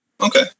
Okay